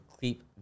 keep